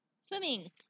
Swimming